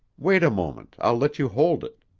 wait a moment, i'll let you hold it.